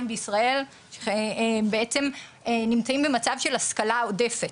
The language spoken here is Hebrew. בישראל בעצם נמצאים במצב של השכלה עודפת.